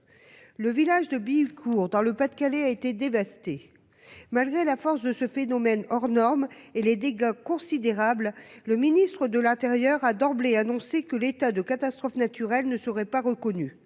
Le village de Bihucourt, dans le Pas-de-Calais, a été dévasté. Malgré la force de ce phénomène hors norme et les dégâts considérables, le ministre de l'intérieur a d'emblée annoncé que l'état de catastrophe naturelle ne serait pas reconnu,